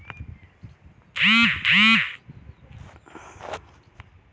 నా సోదరికి సెక్యూరిటీ లేదా తాకట్టు లేకపోతే వ్యవసాయ రుణం ఎట్లా పొందచ్చు?